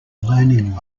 learning